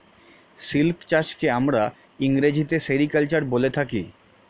silk চাষকে আমরা ইংরেজিতে সেরিকালচার বলে থাকি